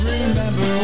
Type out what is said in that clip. Remember